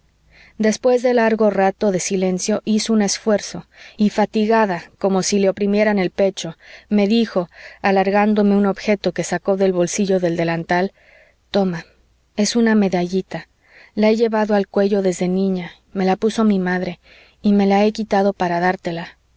después de largo rato de silencio hizo un esfuerzo y fatigada como si le oprimieran el pecho me dijo alargándome un objeto que sacó del bolsillo del delantal toma es una medallita la he llevado al cuello desde niña me la puso mi madre y me la he quitado para dártela